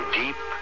deep